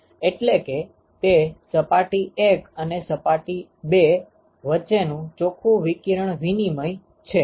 એટલે કે તે સપાટી 1 અને સપાટી 2 વચ્ચેનું ચોખ્ખું વિકિરણ વિનિમય છે